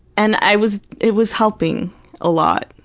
and i was it was helping a lot.